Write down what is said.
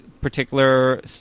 particular